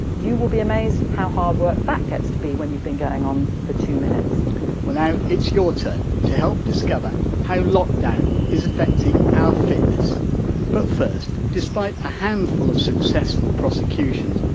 you will be amazed how hard work that gets to be when you've been going on for two minutes well, now, it's your turn to help discover how lockdown is affecting our fitness but first, despite a handful of successful prosecutions,